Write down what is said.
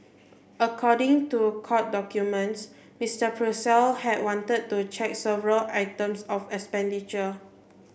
according to court documents Mister Purcell have wanted to check several items of expenditure